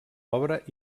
obra